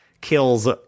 kills